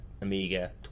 Amiga